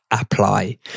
apply